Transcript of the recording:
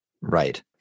Right